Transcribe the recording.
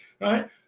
right